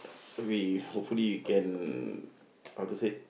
we hopefully can how to say